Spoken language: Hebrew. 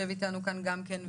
בבקשה.